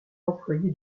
employé